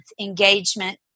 engagement